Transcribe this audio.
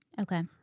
okay